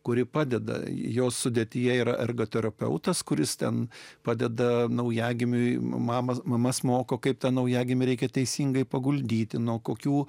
kuri padeda jos sudėtyje yra ergo terapeutais kuris ten padeda naujagimiui mamos mama moko kaip tą naujagimį reikia teisingai paguldyti nuo kokių